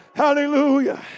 hallelujah